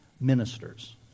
ministers